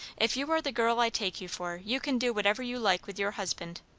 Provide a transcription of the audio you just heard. if you are the girl i take you for, you can do whatever you like with your husband.